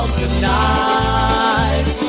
tonight